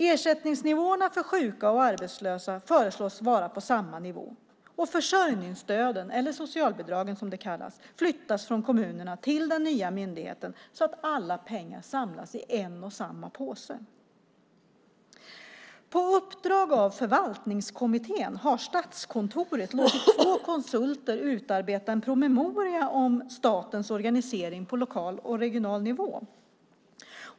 Ersättningsnivåerna för sjuka och arbetslösa föreslås vara på samma nivå och försörjningsstöden, eller socialbidragen som de kallas, flyttas från kommunerna till den nya myndigheten så att alla pengar samlas i en och samma påse. På uppdrag av Förvaltningskommittén har Statskontoret låtit två konsulter utarbeta en promemoria om statens organisering på lokal och regional nivå.